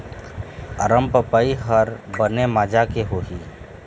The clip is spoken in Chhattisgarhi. अरमपपई हर बने माजा के होही?